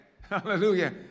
hallelujah